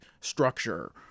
structure